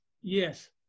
Yes